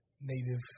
native